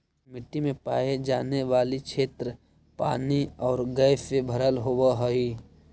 मिट्टी में पाई जाने वाली क्षेत्र पानी और गैस से भरल होवअ हई